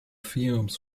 fumes